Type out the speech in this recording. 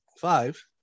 five